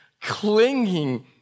clinging